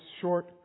short